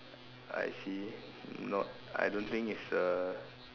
I see not I don't think it's a